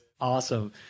awesome